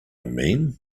mean